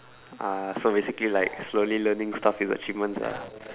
ah so basically like slowly learning stuff is achievements lah